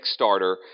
Kickstarter